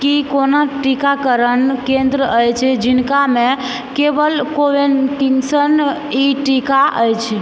की कोनो टीकाकरण केन्द्र अछि जिनकामे केवल कोवैक्सीन ई टीका अछि